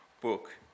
book